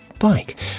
bike